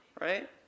right